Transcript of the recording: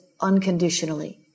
unconditionally